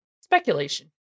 speculation